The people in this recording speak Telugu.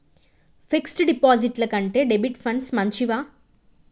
ఫిక్స్ డ్ డిపాజిట్ల కంటే డెబిట్ ఫండ్స్ మంచివా?